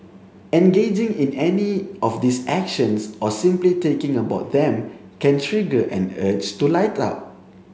engaging in any of these actions or simply thinking about them can trigger an urge to light up